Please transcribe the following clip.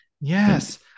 yes